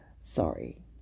Sorry